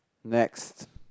next